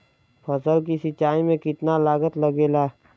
फसल की सिंचाई में कितना लागत लागेला?